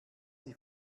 die